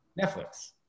Netflix